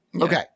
Okay